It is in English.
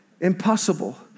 impossible